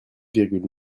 virgule